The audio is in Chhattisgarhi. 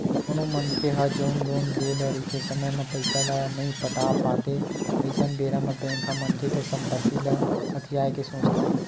कोनो मनखे ह जउन लोन लेए रहिथे समे म पइसा ल नइ पटा पात हे अइसन बेरा म बेंक ह मनखे के संपत्ति ल हथियाये के सोचथे